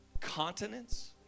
continents